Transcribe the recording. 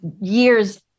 years